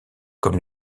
comme